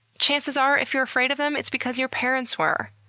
chances are if you're afraid of them, it's because your parents were.